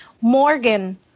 Morgan